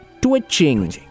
Twitching